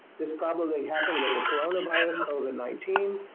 this probably happened with a coronavirus, covid nineteen,